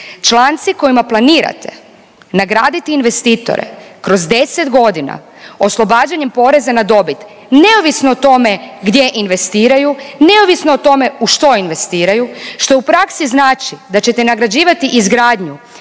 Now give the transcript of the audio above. Članci kojima planirate nagraditi investitore kroz 10 godina oslobađanjem poreza na dobit, neovisno o tome gdje investiraju, neovisno o tome u što investiraju, što u praksi znači da ćete nagrađivati izgradnju